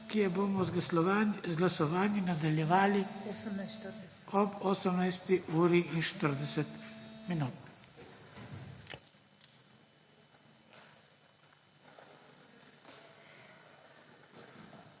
ki jo bomo z glasovanji nadaljevali ob 18. uri in 40 minut.